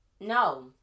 No